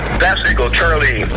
fast eagle charlie,